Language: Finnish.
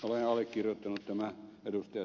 olen allekirjoittanut tämän ed